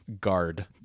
Guard